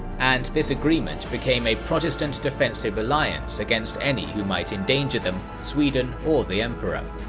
and this agreement became a protestant defensive alliance against any who might endanger them, sweden or the emperor.